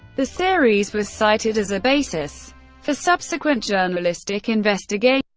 the series was cited as a basis for subsequent journalistic investigations,